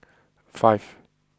five